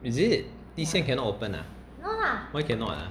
is it T_C_M cannot open ah why cannot ah